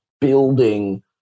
building